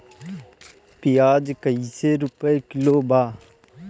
प्याज कइसे रुपया किलो बा?